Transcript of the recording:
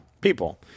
people